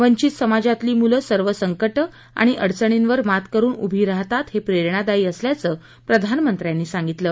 वंचित समाजातली मुलं सर्व संकटं आणि अडचणींवर मात करून उभी राहतात हे प्रेरणादायी असल्याचं प्रधानमंत्र्यांनी सांगितलं